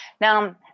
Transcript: Now